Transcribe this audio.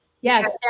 Yes